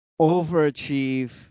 overachieve